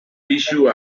issue